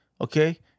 Okay